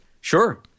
Sure